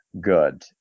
good